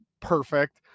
perfect